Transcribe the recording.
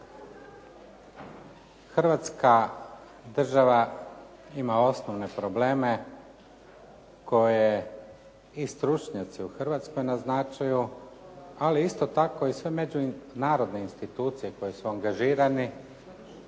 Hrvatska država ima osnovne probleme koje i stručnjaci u Hrvatskoj naznačuju ali isto tako i sve međunarodne institucije koje su angažiranje